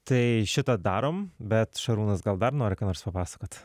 tai šitą darom bet šarūnas gal dar nori ką nors papasakot